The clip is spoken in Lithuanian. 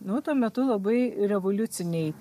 nu tuo metu labai revoliuciniai